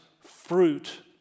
fruit